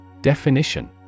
Definition